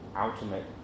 ultimate